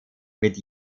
mit